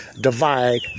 divide